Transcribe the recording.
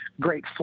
great